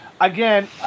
Again